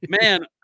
man